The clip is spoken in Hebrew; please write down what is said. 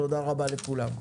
תודה רבה לכולם.